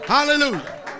Hallelujah